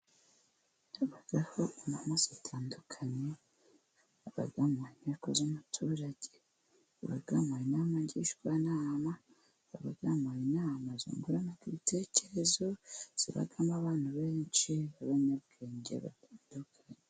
Habaho inama zitandukanye, haba inteko z'umuturage, habamo inama ngishwanama, habamo inama zungurana ibitekerezo, zibamo abantu benshi b'abanyabwenge, batandukanye.